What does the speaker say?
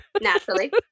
Naturally